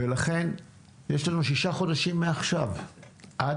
ולכן יש לנו שישה חודשים מעכשיו ועד